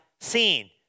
seen